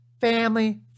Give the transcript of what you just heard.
family